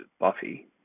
buffy